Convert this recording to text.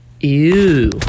Ew